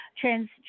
trans